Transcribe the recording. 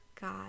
God